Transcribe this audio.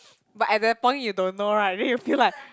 but at that point you don't know right then you feel like